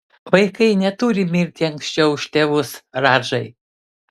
vaikai neturi mirti anksčiau už tėvus radžai